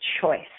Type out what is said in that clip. choice